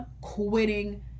quitting